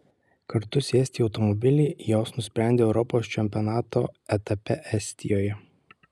kartu sėsti į automobilį jos nusprendė europos čempionato etape estijoje